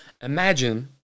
Imagine